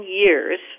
years